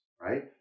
right